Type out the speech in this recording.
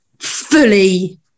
Fully